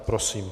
Prosím.